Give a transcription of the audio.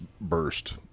burst